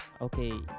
Okay